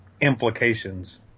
implications